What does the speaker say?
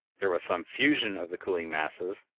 there was some fusion of the colliding masses,